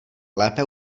lépe